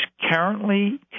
currently